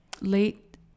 late